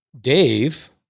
Dave